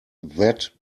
that